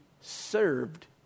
served